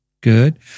good